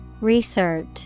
Research